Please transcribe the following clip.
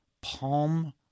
palm